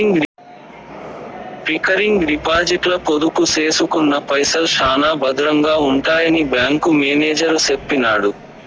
recurring డిపాజిట్ల పొదుపు సేసుకున్న పైసల్ శానా బద్రంగా ఉంటాయని బ్యాంకు మేనేజరు సెప్పినాడు